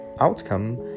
outcome